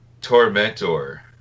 Tormentor